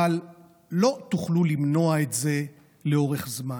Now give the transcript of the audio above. אבל לא תוכלו למנוע את זה לאורך זמן.